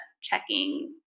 checking